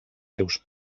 seus